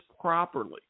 properly